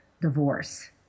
divorce